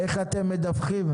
איך אתם מדווחים?